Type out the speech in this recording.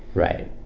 right,